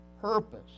purpose